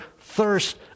thirst